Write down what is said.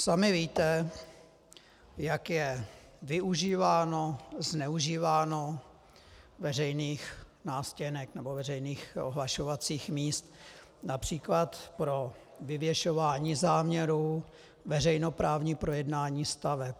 Sami víte, jak je využíváno, zneužíváno veřejných nástěnek nebo veřejných ohlašovacích míst například pro vyvěšování záměrů veřejnoprávní projednání staveb.